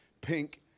pink